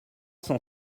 cent